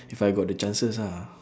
if I got the chances ah